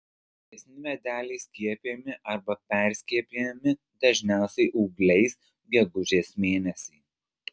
augesni medeliai skiepijami arba perskiepijami dažniausiai ūgliais gegužės mėnesį